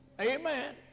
Amen